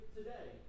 today